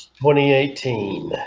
twenty eighteen